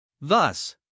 Thus